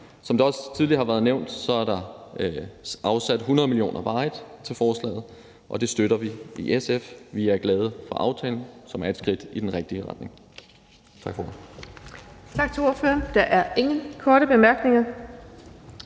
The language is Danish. Som det også tidligere har været nævnt, er der afsat 100 mio. kr. varigt til forslaget, og det støtter vi i SF. Vi er glade for aftalen, som er et skridt i den rigtige retning.